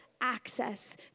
access